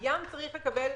הים צריך לקבל